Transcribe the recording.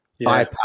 iPad